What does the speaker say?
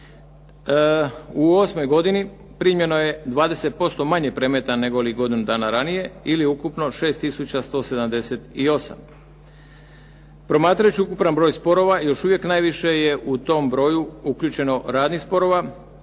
u 8. godini primljeno je 20% manje predmeta negoli godinu dana ranije ili ukupno 6178. Promatrajući ukupan broj sporova još uvijek najviše je u tom broju uključeno radnih sporova,